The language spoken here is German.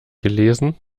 gelesen